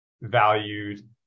valued